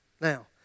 Now